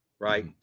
right